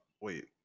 Wait